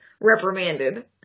reprimanded